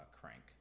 crank